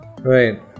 right